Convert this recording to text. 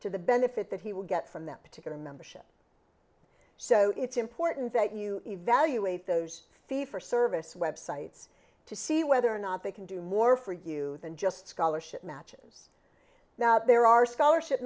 to the benefit that he would get from that particular membership so it's important that you evaluate those fee for service websites to see whether or not they can do more for you than just scholarship matches now there are scholarship